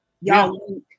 y'all